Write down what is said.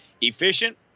efficient